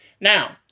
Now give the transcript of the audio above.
Now